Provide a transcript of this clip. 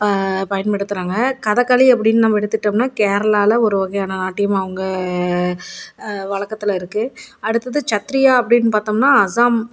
பயன்படுத்துகிறாங்க கதகளி அப்படின்னு நம்ம எடுத்துட்டோம்னால் கேரளாவில் ஒரு வகையான நாட்டியம் அவங்க வழக்கத்துல இருக்குது அடுத்தது சத்ரியா அப்படின்னு பார்த்தோம்னா அசாம்